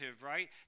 right